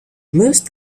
most